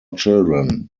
children